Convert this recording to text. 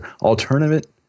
alternative